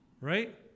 Right